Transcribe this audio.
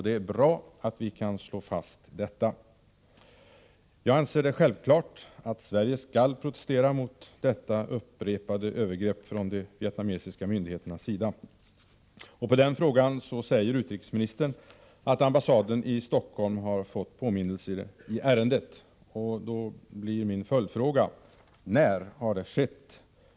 Det är bra att vi kan slå fast det. Jag anser det vara självklart att Sverige skall protestera mot detta förnyade övergrepp från de vietnamesiska myndigheternas sida. På frågan om regeringen har protesterat svarar utrikesministern att den vietnamesiska ambassaden i Stockholm har fått ”påminnelser” i ärendet. Då blir min följdfråga: När skedde det?